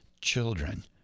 children